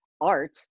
Art